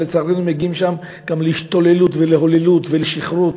אבל לצערנו מגיעים שם גם להשתוללות ולהוללות ולשכרות,